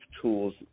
tools